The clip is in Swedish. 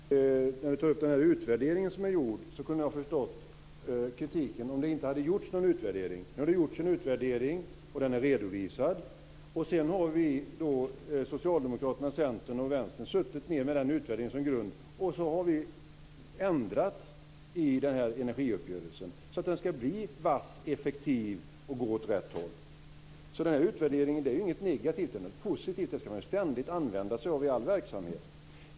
Fru talman! Karin Falkmer tar upp den utvärdering som har gjorts. Jag kunde ha förstått kritiken om det inte hade gjorts någon utvärdering. Nu har det gjorts en utvärdering och den är redovisad. Vi - Socialdemokraterna, Centern och Vänstern - har suttit ned med den utvärderingen som grund och sedan har vi ändrat i energiuppgörelsen så att den ska bli vass, effektiv och gå åt rätt håll. En utvärdering är inte något negativt utan något positivt. Det ska man ständigt använda sig av i all verksamhet.